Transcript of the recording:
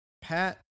pat